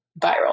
viral